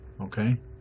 Okay